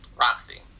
Roxy